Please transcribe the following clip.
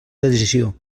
decisió